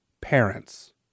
parents